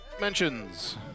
mentions